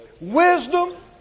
Wisdom